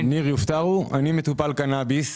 אני מטופל קנאביס.